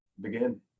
begin